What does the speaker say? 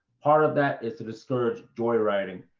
part of that is to discourage joyriding.